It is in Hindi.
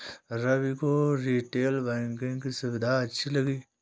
रवि को रीटेल बैंकिंग की सुविधाएं अच्छी लगी